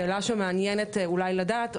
שאלה שמעניינת אולי לדעת,